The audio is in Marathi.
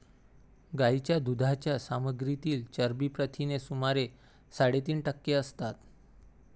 गायीच्या दुधाच्या सामग्रीतील चरबी प्रथिने सुमारे साडेतीन टक्के असतात